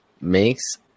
makes